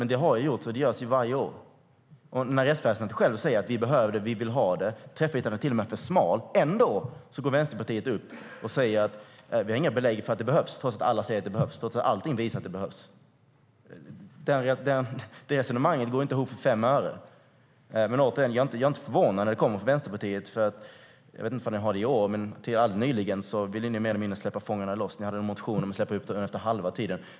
Men det har gjorts, och det görs varje år. Rättsväsendet säger självt att tvångsmedlen behövs och att träffytan är för smal, men ändå går Vänsterpartiet ut och säger att det inte finns några belägg för att de behövs, trots att alla säger att de behövs och att allt visar att de behövs. Det resonemanget går inte ihop för 5 öre. Jag är inte förvånad när detta kommer från Vänsterpartiet. Jag vet inte vad ni säger i år, men tills nyligen ville ni mer eller mindre släppa fångarna loss. Ni väckte en motion om att släppa ut dem efter halva tiden.